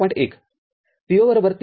१ Vo ३